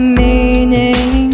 meaning